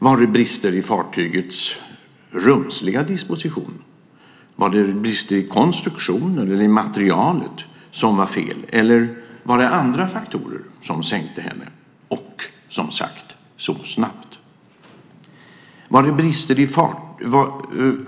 Var det brister i fartygets rumsliga disposition, var det brister i konstruktion eller material, eller var det andra faktorer som sänkte henne och gjorde det så snabbt?